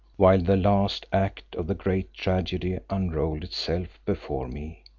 while the last act of the great tragedy unrolled itself before me,